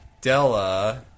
Della